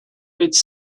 its